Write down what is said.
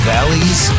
Valley's